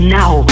now